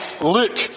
Luke